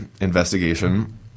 investigation